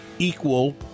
equal